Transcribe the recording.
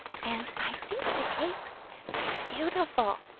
and i think the cakes is beautiful,